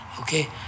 Okay